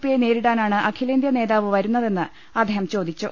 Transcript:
പിയെ നേരിടാനാണ് അഖിലേന്ത്യ നേതാവ് വരുന്നതെന്ന് അദ്ദേഹം ചോദി ച്ചു